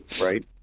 Right